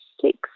six